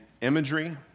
imagery